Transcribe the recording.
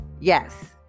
yes